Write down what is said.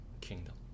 kingdom